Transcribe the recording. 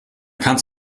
kannst